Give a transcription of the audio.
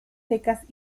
secas